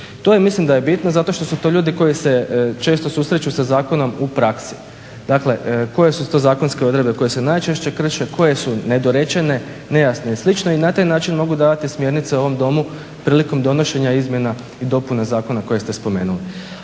To mislim da je bitno zato što su to ljudi koji se često susreću sa zakonom u praksi. Dakle, koje su to zakonske odredbe koje se najčešće krše, koje su nedorečene, nejasne i slično i na taj način mogu davati smjernice ovom Domu prilikom donošenja izmjena i dopuna zakona koje ste spomenuli.